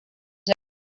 més